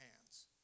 hands